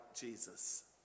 Jesus